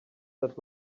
that